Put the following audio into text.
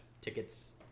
tickets